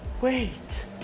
wait